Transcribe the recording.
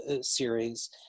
series